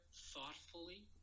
thoughtfully